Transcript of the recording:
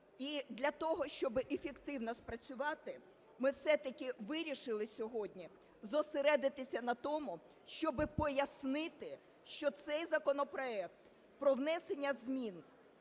І для того, щоб ефективно спрацювати, ми все-таки вирішили сьогодні зосередитися на тому, щоби пояснити, що цей законопроект про внесення змін